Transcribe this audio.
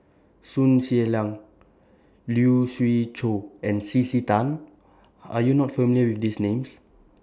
Sun Xueling Lee Siew Choh and C C Tan Are YOU not familiar with These Names